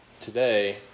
today